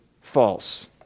false